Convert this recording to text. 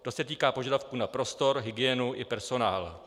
To se týká požadavků na prostor, hygienu i personál.